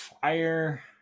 Fire